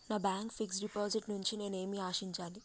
నా bank fixed deposit నుండి నేను ఏమి ఆశించాలి?